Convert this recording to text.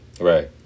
Right